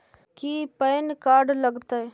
की PAN card लग तै?